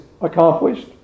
accomplished